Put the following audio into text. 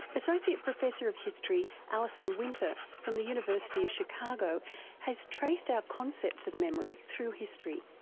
associate professor of history alison winter from the university of chicago has traced our concepts of memory through history.